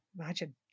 Imagine